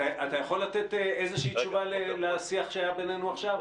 אתה יכול לתת תשובה לשיח שהיה ביננו עכשיו?